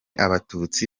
abatutsi